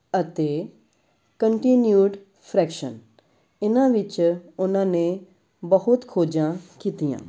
ਅਤੇ continued fraction ਇਹਨਾਂ ਵਿੱਚ ਉਹਨਾਂ ਨੇ ਬਹੁਤ ਖੋਜਾਂ ਕੀਤੀਆਂ